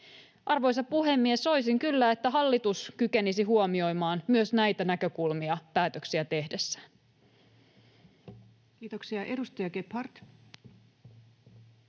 Arvoisa puhemies! Soisin kyllä, että hallitus kykenisi huomioimaan myös näitä näkökulmia päätöksiä tehdessään. Kiitoksia. — Edustaja Gebhard.